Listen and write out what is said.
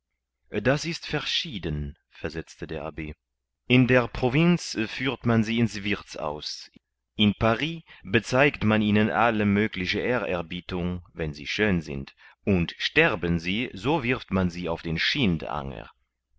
das ist verschieden versetzte der abb in der provinz führt man sie ins wirthshaus in paris bezeigt man ihnen alle mögliche ehrerbietung wenn sie schön sind und sterben sie so wirft man sie auf den